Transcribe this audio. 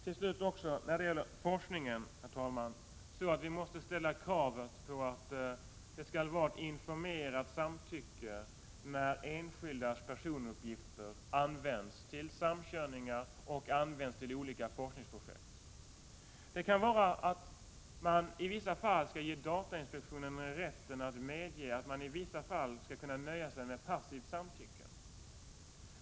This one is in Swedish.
Till slut, när det gäller forskningen, herr talman, måste vi ställa krav på att det skall vara ett informerat samtycke när enskildas personuppgifter samkörs och används till olika forskningsprojekt. Det kan innebära att man skall ge 39 datainspektionen rätt att medge att man i vissa fall skall kunna nöja sig med passivt samtycke.